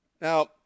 Now